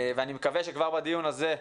אני מקווה שכבר בדיון הזה,